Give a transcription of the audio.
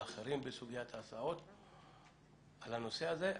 אחרים בסוגיית ההסעות על הנושא הזה,